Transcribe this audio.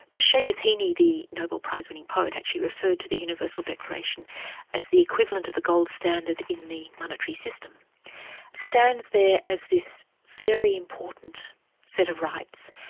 shamus heeny, the nobel prizewinning poet actually referred to the universal declaration as the equivalent of the gold standard in the monetary system. it stands there as this very important set of rights,